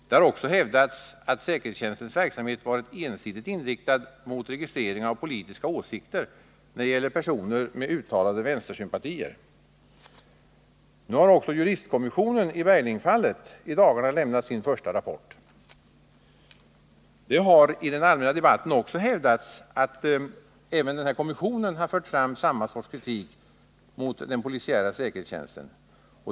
Det har också hävdats, att säkerhetstjänstens verksamhet varit ensidigt inriktad mot registrering av politiska åsikter när det gäller personer med uttalade vänstersympatier. Nu har också juristkommisionen i Berglingfallet i dagarna lämnat sin första rapport. Det har i den allmänna debatten också hävdats att även kommissionen fört fram samma sorts kritik mot den polisiära säkerhetstjänsten.